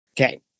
Okay